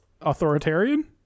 authoritarian